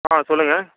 ஆ சொல்லுங்க